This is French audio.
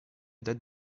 date